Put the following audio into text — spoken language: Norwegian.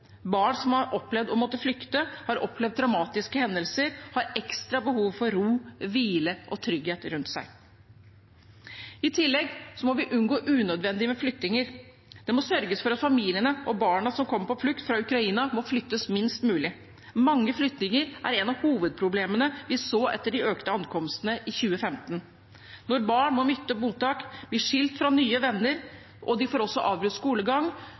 Barn som har opplevd å måtte flykte og har opplevd traumatiske hendelser, har ekstra behov for ro, hvile og trygghet rundt seg. I tillegg må vi unngå unødvendige flyttinger. Det må sørges for at familiene og barna som har vært på flukt fra Ukraina, må flyttes minst mulig. Mange flyttinger var et av hovedproblemene vi så etter de økte ankomstene i 2015. Når barn må bytte mottak, blir skilt fra nye venner og får avbrutt skolegang,